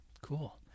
Cool